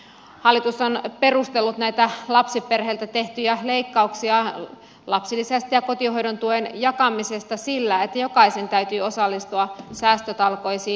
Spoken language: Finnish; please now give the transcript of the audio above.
hallitus on perustellut näitä lapsiperheiltä tehtyjä leikkauksia lapsilisästä ja kotihoidon tuen jakamisesta sillä että jokaisen täytyy osallistua säästötalkoisiin